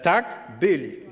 Tak, byli.